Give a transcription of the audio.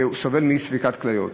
שסובל מאי-ספיקת כליות,